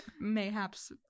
mayhaps